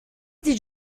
did